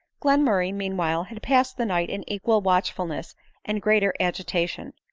glenmurray meanwhile, had passed the night in equal watchfulness and greater agitation.